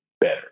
better